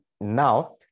Now